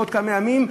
בעוד כמה ימים,